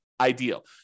ideal